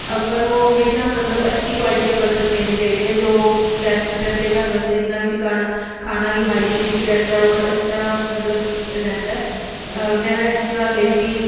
ਆਪਾਂ ਨੂੰ ਹਮੇਸ਼ਾ ਮਤਲਬ ਅੱਛੀ ਕੁਆਲਿਟੀ ਦੇ ਬਰਤਨ ਲੈਣੇ ਚਾਹੀਦੇ ਆ ਜੋ ਬੈਸਟ ਰਹਿੰਦੇ ਘਰ ਵਸਤੇ ਜਿਹਨਾਂ ਵਿੱਚ ਕਾਣਾ ਖਾਣਾ ਵੀ ਹਾਈਜੀਨਿਕ ਰਹਿੰਦਾ ਔਰ ਅੱਛਾ ਮਤਲਬ ਰਹਿੰਦਾ ਮੈਂ ਜਿਸ ਤਰ੍ਹਾਂ ਲਏ ਸੀ